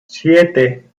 siete